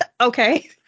Okay